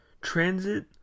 Transit